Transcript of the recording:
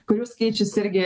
kurių skaičius irgi